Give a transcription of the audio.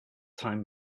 time